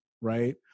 right